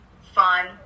fun